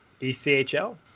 echl